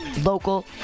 local